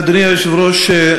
אדוני היושב-ראש,